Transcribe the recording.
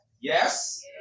Yes